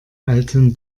alten